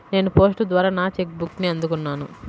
నేను పోస్ట్ ద్వారా నా చెక్ బుక్ని అందుకున్నాను